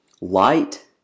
light